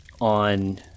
on